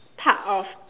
part of